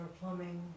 plumbing